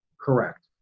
Correct